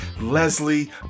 Leslie